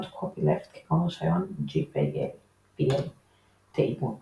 copyleft כגון רישיון GPL. תאימות